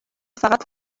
فقط